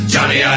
Johnny